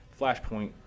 Flashpoint